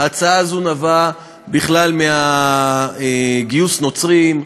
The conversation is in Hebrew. ההצעה הזאת נבעה בכלל מגיוס נוצרים,